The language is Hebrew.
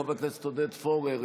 חבר הכנסת עודד פורר,